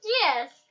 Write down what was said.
Yes